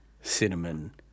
cinnamon